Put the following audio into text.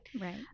Right